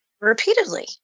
repeatedly